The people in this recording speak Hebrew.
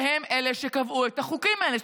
שהם שקבעו את החוקים האלה,